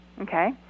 Okay